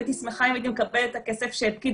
והייתי שמחה אם הייתי מקבלת את הכסף שפקיד